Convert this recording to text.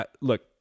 look